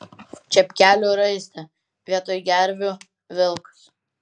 čepkelių raiste vietoj gervių vilkas